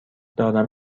دارم